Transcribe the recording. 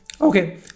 Okay